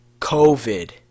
COVID